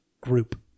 group